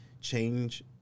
change